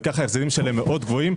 וככה ההחזרים שלהם מאוד גבוהים.